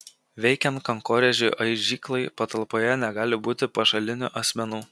veikiant kankorėžių aižyklai patalpoje negali būti pašalinių asmenų